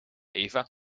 eva